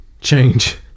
Change